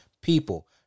people